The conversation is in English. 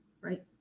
right